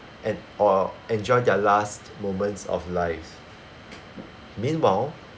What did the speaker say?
and or enjoy their last moments of life meanwhile